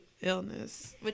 illness